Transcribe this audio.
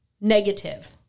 negative